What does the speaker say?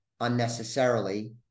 unnecessarily